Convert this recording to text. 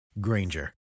Granger